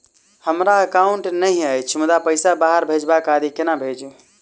हमरा एकाउन्ट नहि अछि मुदा पैसा बाहर भेजबाक आदि केना भेजू?